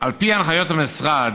על פי הנחיות המשרד,